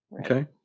Okay